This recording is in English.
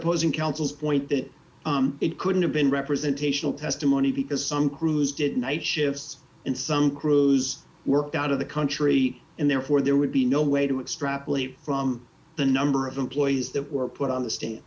opposing counsel's point that it couldn't have been representation testimony because some crews did night shifts and some crews worked out of the country and therefore there would be no way to extrapolate from the number of employees that were put on the st